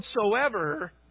whatsoever